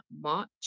March